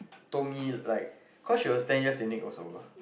told me like cause she was ten years also